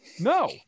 No